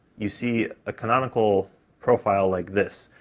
you see a canonical profile like this,